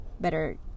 better